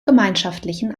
gemeinschaftlichen